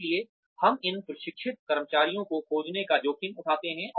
इसलिए हम इन प्रशिक्षित कर्मचारियों को खोने का जोखिम उठाते हैं